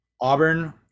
Auburn